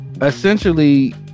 essentially